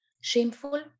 shameful